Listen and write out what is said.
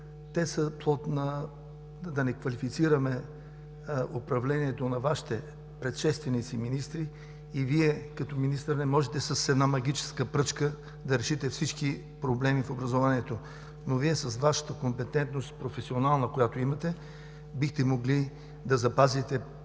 Те са плод на – да не квалифицираме управлението – Вашите предшественици министри, и Вие като министър не можете с една магическа пръчка да решите всички проблеми в образованието. Но с Вашата професионална компетентност, която имате, бихте могли да запазите